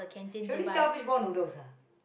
she only sell fishball noodles ah